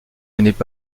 venaient